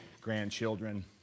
grandchildren